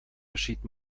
geschieht